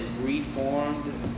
reformed